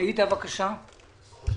תומאס סלימאן.